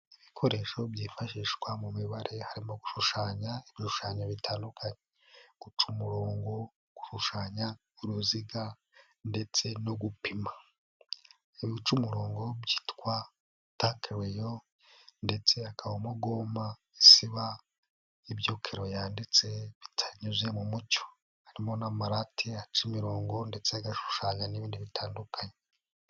Ibikoresho byifashishwa mu mibare, harimo gushushanya ibishushanyo bitandukanye. Guca umurongo gushushanya uruziga, ndetse no gupima. Ibica umurongo byitwa takeleyo ndetse hakabamo na goma isiba ibyo keleyo yanditse, bitanyuze mu mucyo. Harimo n'amarate aca imirongo ndetse agashushanya n'ibindi bitandukanye.